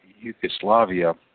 Yugoslavia